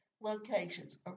locations